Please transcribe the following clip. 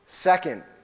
Second